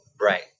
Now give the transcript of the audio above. Right